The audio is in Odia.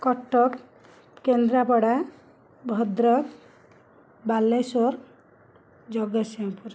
କଟକ କେନ୍ଦ୍ରାପଡ଼ା ଭଦ୍ରକ ବାଲେଶ୍ଵର ଜଗତସିଂହପୁର